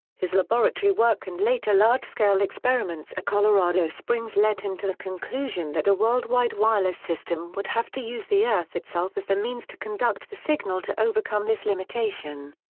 his laboratory work and later large scale experiments at colorado springs led him to the conclusion that a world wide wireless system would have to use the earth itself as the means to conduct the signal to overcome this limitation.